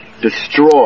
destroy